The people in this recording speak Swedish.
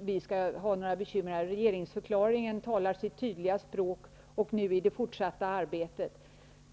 det skall bli några bekymmer. Regeringsförklaringen talar sitt tydliga språk.